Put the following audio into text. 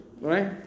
right